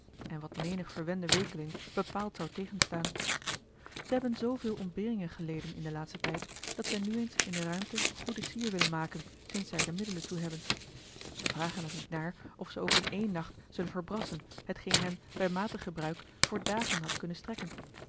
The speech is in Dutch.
en wat menig verwende weekeling bepaald zou tegenstaan zij hebben zooveel ontberingen geleden in den laatsten tijd dat zij nu eens in de ruimte goede sier willen maken sinds zij er de middelen toe hebben zij vragen er niet naar of ze ook in één nacht zullen verbrassen hetgeen hen bij matig gebruik voor dagen had kunnen strekken